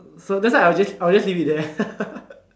so that's why I will just I will just leave it there